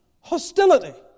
hostility